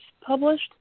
published